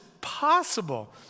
possible